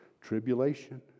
Tribulation